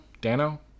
Dano